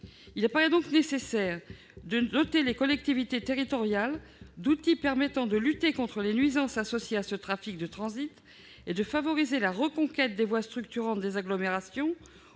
Il faut donc doter les collectivités territoriales d'outils permettant de lutter contre les nuisances associées à ce trafic de transit et de favoriser la reconquête des voies structurantes des agglomérations